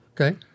Okay